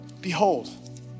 Behold